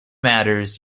matters